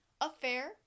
affair